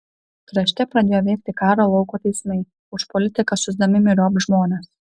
krašte pradėjo veikti karo lauko teismai už politiką siųsdami myriop žmones